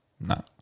No